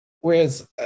Whereas